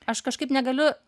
aš kažkaip negaliu